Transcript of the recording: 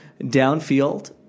downfield